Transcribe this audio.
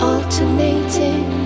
Alternating